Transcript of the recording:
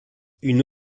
une